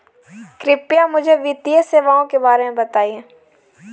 कृपया मुझे वित्तीय सेवाओं के बारे में बताएँ?